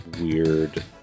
weird